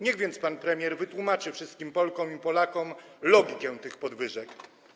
Niech więc pan premier wytłumaczy wszystkim Polkom i Polakom logikę tych podwyżek.